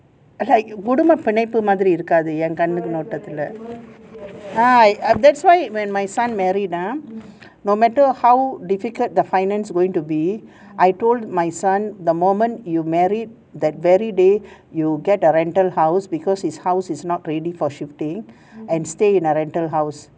like குடும்ப பிணைப்பு மாதிரி இருக்காது ஏன் கண்ணோட்டத்துல:kudumba pinaippu maathiri irukkaathu yen kannottathula ah that's why when my son married ah no matter how difficult the finance going to be I told my son the moment you married that very day you'll get a rental house because his house is not ready for shifting and stay in a rental house